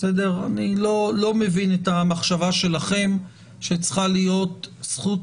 אני לא מבין את המחשבה שלכם שצריכה להיות זכות